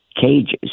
cages